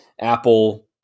Apple